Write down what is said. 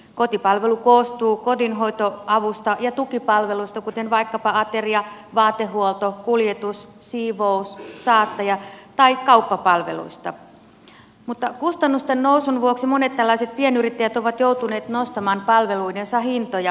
kotipalvelu koostuu kodinhoitoavusta ja tukipalveluista kuten vaikkapa ateria vaatehuolto kuljetus siivous saattaja tai kauppapalveluista mutta kustannusten nousun vuoksi monet tällaiset pienyrittäjät ovat joutuneet nostamaan palveluidensa hintoja